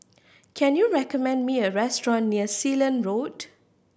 can you recommend me a restaurant near Sealand Road